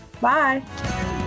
bye